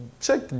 check